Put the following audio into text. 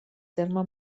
terme